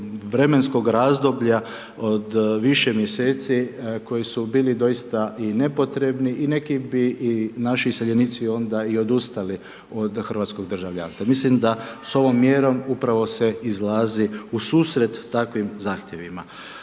vremenskog razdoblja od više mjeseci koji su bili doista i nepotrebni i neki bi i naši iseljenici onda i odustali od hrvatskog državljanstva. Mislim da s ovom mjerom upravo se izlazi u susret takvim zahtjevima.